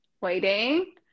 Waiting